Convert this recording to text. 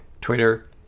Twitter